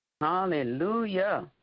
Hallelujah